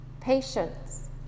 patience